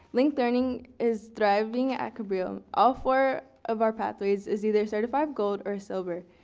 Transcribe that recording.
linked learning is thriving at cabrillo. all four of our pathways is either certified gold or silver.